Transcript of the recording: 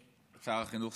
החינוך,